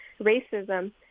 racism